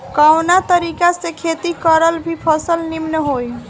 कवना तरीका से खेती करल की फसल नीमन होई?